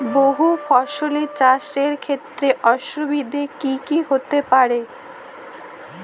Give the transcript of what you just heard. বহু ফসলী চাষ এর ক্ষেত্রে অসুবিধে কী কী হতে পারে?